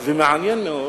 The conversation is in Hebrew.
ומעניין מאוד